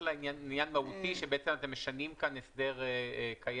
רק לעניין מהותי שמשנים כאן הסדר קיים